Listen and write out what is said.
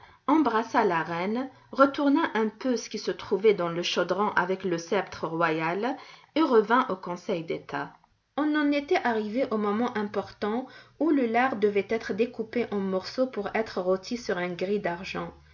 embrassa la reine retourna un peu ce qui se trouvait dans le chaudron avec le sceptre royal et revint au conseil d'état on en était arrivé au moment important où le lard devait être découpé en morceaux pour être rôti sur un gril d'argent